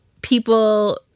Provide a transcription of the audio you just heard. people